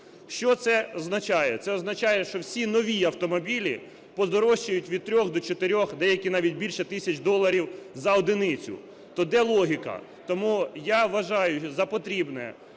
Що це означає? Це означає, що всі нові автомобілі подорожчають від 3 до 4, деякі навіть більше, тисяч доларів за одиницю. То де логіка? Тому я вважаю за потрібне